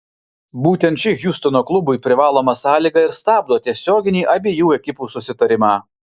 būtent ši hjustono klubui privaloma sąlyga ir stabdo tiesioginį abiejų ekipų susitarimą